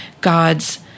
God's